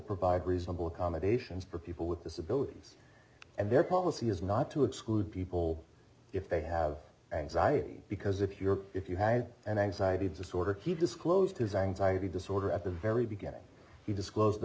provide reasonable accommodations for people with disabilities and their policy is not to exclude people if they have anxiety because if you're if you had an anxiety disorder he disclosed his anxiety disorder at the very beginning he disclosed the